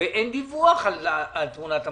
ואין דיווח על תמונת המצב.